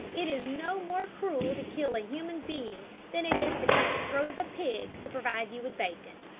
it is no more cruel to kill a human being than it is to cut the throat of a pig to provide you with bacon.